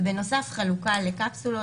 ובנוסף חלוקה לקפסולות,